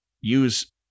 use